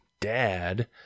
dad